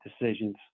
decisions